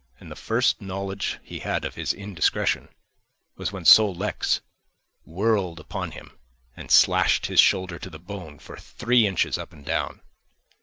and the first knowledge he had of his indiscretion was when sol-leks whirled upon him and slashed his shoulder to the bone for three inches up and down.